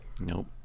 Nope